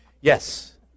Yes